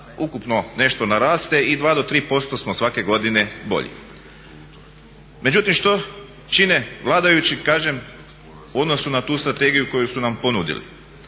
ukupno nešto naraste i 2 do 3% smo svake godine bolji. Međutim, što čine vladajući, kažem u odnosu na tu strategiju koju su nam ponudili?